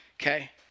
Okay